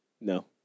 No